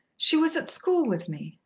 she was at school with me,